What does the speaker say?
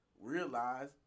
realize